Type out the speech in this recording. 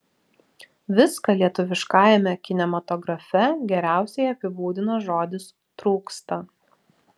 viską lietuviškajame kinematografe geriausiai apibūdina žodis trūksta